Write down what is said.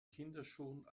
kinderschuhen